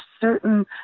certain